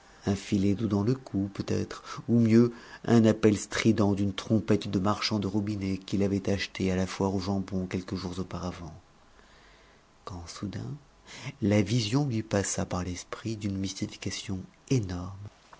un filet d'eau dans le cou peut-être ou mieux un appel strident d'une trompette de marchand de robinets qu'il avait achetée à la foire aux jambons quelques jours auparavant quand soudain la vision lui passa par l'esprit d'une mystification énorme